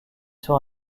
sur